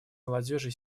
молодежи